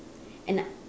and I